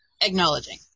Acknowledging